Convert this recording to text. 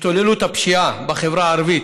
השתוללות הפשיעה בחברה הערבית